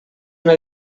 una